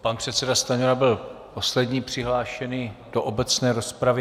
Pan předseda Stanjura byl poslední přihlášený do obecné rozpravy.